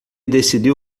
decidiu